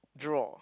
draw